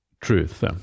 truth